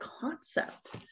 concept